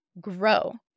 grow